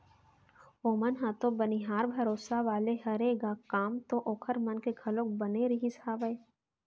ओमन ह तो बनिहार भरोसा वाले हरे ग काम तो ओखर मन के घलोक बने रहिस हावय